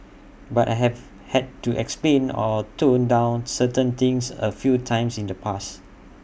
but I have had to explain or tone down certain things A few times in the past